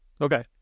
Okay